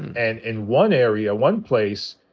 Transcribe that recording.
and in one area, one place,